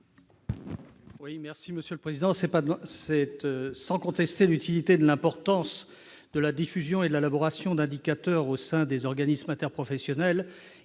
est à M. Michel Vaspart. Sans contester l'utilité et l'importance de la diffusion et de l'élaboration d'indicateurs au sein des organisations interprofessionnelles,